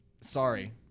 Sorry